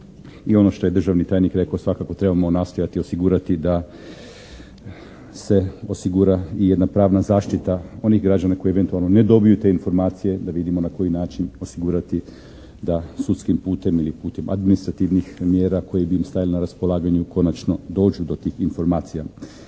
I ono što je državni tajnik rekao svakako trebamo nastojati osigurati da se osigura i jedna pravna zaštita onih građana koji eventualno ne dobiju te informacije da vidimo na koji način osigurati da sudskim putem ili putem administrativnih mjera koje bi im stajale na raspolaganju konačno dođu do tih informacija.